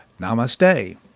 Namaste